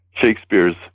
Shakespeare's